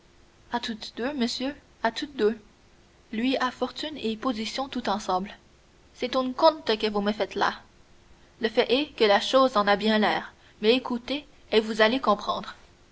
à toutes deux monsieur à toutes deux lui a fortune et position tout ensemble c'est un conte que vous me faites là le fait est que la chose en a bien l'air mais écoutez et vous allez comprendre